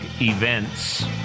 events